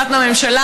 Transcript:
אחת מהממשלה,